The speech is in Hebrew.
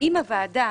אם הוועדה